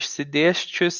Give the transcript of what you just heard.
išsidėsčiusi